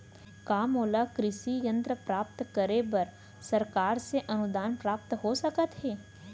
का मोला कृषि यंत्र प्राप्त करे बर सरकार से अनुदान प्राप्त हो सकत हे?